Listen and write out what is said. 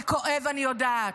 זה כואב, אני יודעת,